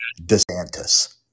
DeSantis